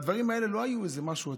הדברים האלה לא היו איזה משהו,